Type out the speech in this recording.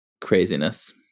craziness